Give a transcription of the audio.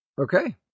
Okay